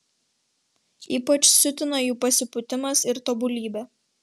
ypač siutina jų pasipūtimas ir tobulybė